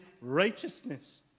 righteousness